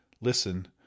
Listen